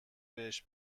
بهش